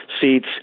seats